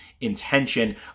intention